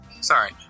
Sorry